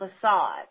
facade